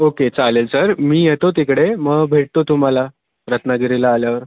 okay चालेल sir मी येतो तिकडे मग भेटतो तुम्हाला रत्नागिरीला आल्यावर